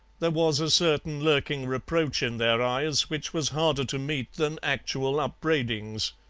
there was a certain lurking reproach in their eyes which was harder to meet than actual upbraidings.